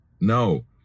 No